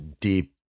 deep